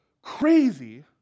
Crazy